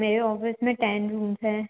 मेरे ऑफ़िस में ten rooms हैं